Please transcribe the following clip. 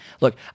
Look